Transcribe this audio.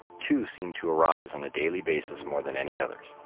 two seem to arise on a daily basis more than any others.